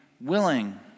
willing